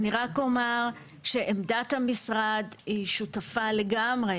אני רק אומר שעמדת המשרד היא שותפה לגמרי